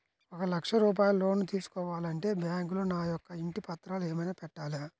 ఒక లక్ష రూపాయలు లోన్ తీసుకోవాలి అంటే బ్యాంకులో నా యొక్క ఇంటి పత్రాలు ఏమైనా పెట్టాలా?